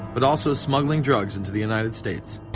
but also smuggling drugs into the united states.